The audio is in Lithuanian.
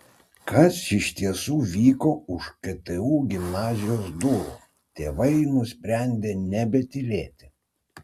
kas iš tiesų vyko už ktu gimnazijos durų tėvai nusprendė nebetylėti